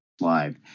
Live